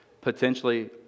potentially